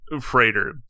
freighter